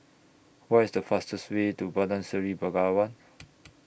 What IS The fastest Way to Bandar Seri Begawan